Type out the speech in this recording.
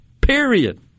period